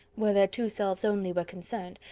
where their two selves only were concerned,